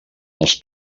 els